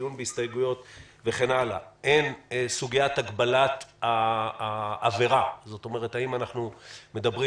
דיון בהסתייגויות הן: סוגיית הגבלת העבירה האם אנחנו מדברים